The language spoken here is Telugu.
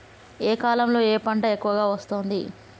ఏ కాలంలో ఏ పంట ఎక్కువ వస్తోంది?